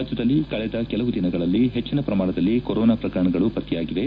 ರಾಜ್ಯದಲ್ಲಿ ಕಳೆದ ಕೆಲವು ದಿನಗಳಲ್ಲಿ ಹೆಚ್ಚಿನ ಪ್ರಮಾಣದಲ್ಲಿ ಕೊರೊನಾ ಪ್ರಕರಣಗಳು ಪತ್ತೆಯಾಗಿವೆ